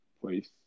place